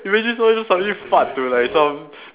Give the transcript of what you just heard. imagine somebody just suddenly fart to like some